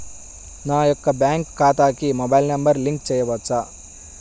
నా యొక్క బ్యాంక్ ఖాతాకి మొబైల్ నంబర్ లింక్ చేయవచ్చా?